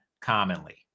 commonly